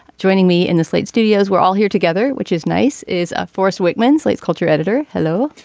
joining me in the slate studios we're all here together which is nice is force wickman slate's culture editor. hello.